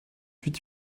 huit